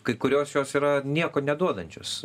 kai kurios jos yra nieko neduodančios